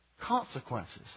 consequences